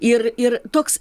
ir ir toks